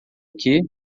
aqui